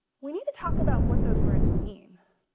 we need to talk about what those words mean.